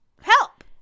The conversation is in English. Help